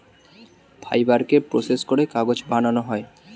ফাইবারকে প্রসেস করে কাগজ বানানো হয়